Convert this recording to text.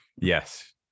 Yes